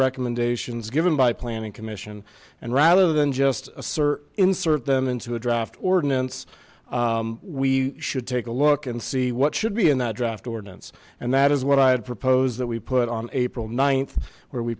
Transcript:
recommendations given by planning commission and rather than just a sir insert them into a draft ordinance we should take a look and see what should be in that draft ordinance and that is what i had proposed that we put on april th where we